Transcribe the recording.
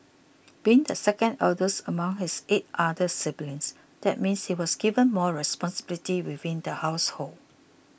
being the second eldest among his eight other siblings that meant he was given more responsibilities within the household